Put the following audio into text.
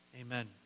Amen